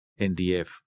NDF